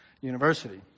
University